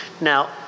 now